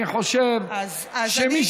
אני חושב שמי,